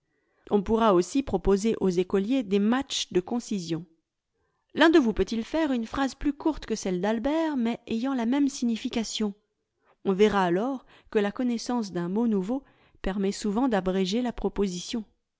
on pourra aussi proposer aux écoliers des match de concision l'un de vous peut-il faire une phrase plus courte que celle d'albert mais ayant la même signification on verra alors que la connaissance d'un mot nouveau permet souvent d'abréger la proposition